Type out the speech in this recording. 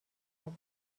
ازش